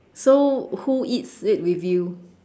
so who eats it with you